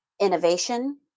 innovation